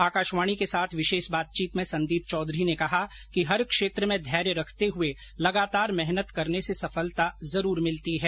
आकाशवाणी के साथ विशेष बातचीत में संदीप चौधरी ने कहा कि हर क्षेत्र में धैर्य रखते हुए लगातार मेहनत करने से सफलता जरूर मिलती है